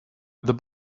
the